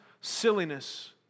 silliness